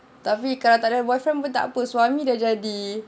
tapi kalau takde boyfriend pun takpe suami dah jadi